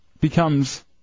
becomes